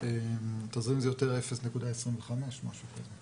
תזרים זה יותר 0.25%, משהו כזה.